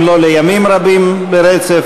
אם לא לימים רבים ברצף,